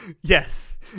Yes